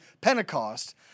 Pentecost